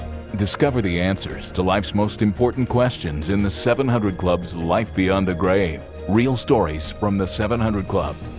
discover the answers to life's most important questions in the seven hundred club's life beyond the grave, real stories from the seven hundred club.